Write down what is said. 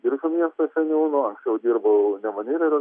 biržų miesto seniūnu anksčiau dirbau nemunėlio